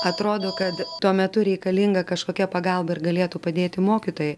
atrodo kad tuo metu reikalinga kažkokia pagalba ir galėtų padėti mokytojai